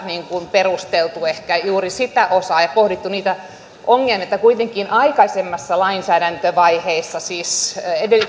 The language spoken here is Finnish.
perusteltu ehkä juuri sitä osaa ja pohdittu niitä ongelmia vaikka kuitenkin aikaisemmissa lainsäädäntövaiheissa siis